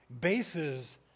base's